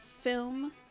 film